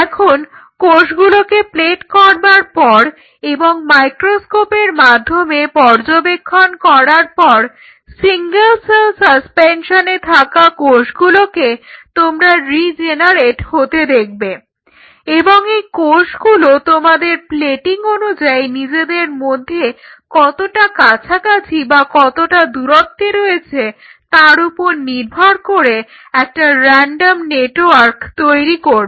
এখন কোষগুলোকে প্লেট করবার পর এবং মাইক্রোস্কোপের মাধ্যমে পর্যবেক্ষণ করার পর সিঙ্গেল সেল সাসপেনশনে থাকা কোষগুলোকে তোমরা রিজেনারেট হতে দেখবে এবং কোষগুলো তোমাদের প্লেটিং অনুযায়ী নিজেদের মধ্যে কতটা কাছাকাছি বা কতটা দূরত্বে রয়েছে তার উপর নির্ভর করে একটা রেনডম নেটওয়ার্ক তৈরি করবে